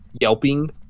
yelping